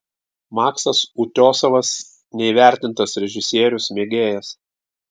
maksas utiosovas neįvertintas režisierius mėgėjas